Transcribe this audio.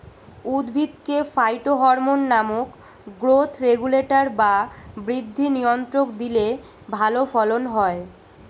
উদ্ভিদকে ফাইটোহরমোন নামক growth regulator বা বৃদ্ধি নিয়ন্ত্রক দিলে ভালো ফলন হয়